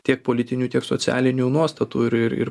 tiek politinių tiek socialinių nuostatų ir ir ir